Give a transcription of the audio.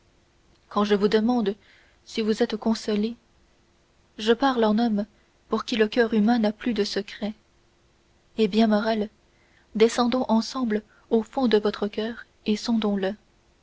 quand je vous demande si vous êtes consolé je vous parle en homme pour qui le coeur humain n'a plus de secret eh bien morrel descendons ensemble au fond de votre coeur et sondons le